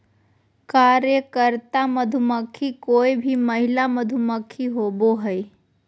कार्यकर्ता मधुमक्खी कोय भी महिला मधुमक्खी होबो हइ